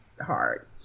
hard